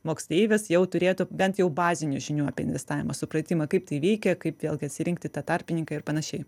moksleivis jau turėtų bent jau bazinių žinių apie investavimą supratimą kaip tai veikia kaip vėlgi atsirinkti tą tarpininką ir panašiai